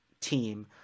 Team